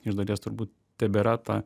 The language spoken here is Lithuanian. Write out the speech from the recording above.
iš dalies turbūt tebėra ta